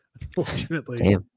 unfortunately